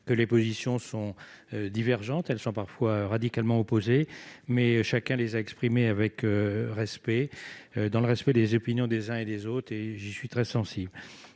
que les positions sont divergentes et, parfois, radicalement opposées, mais chacun les a exprimées dans le respect des opinions des uns et des autres ; j'y suis très sensible.